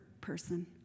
person